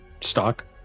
stock